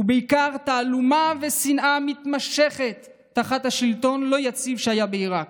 ובעיקר תעמולה ושנאה מתמשכת תחת השלטון הלא-יציב שהיה בעיראק.